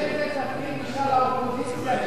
צוות הפנים של האופוזיציה,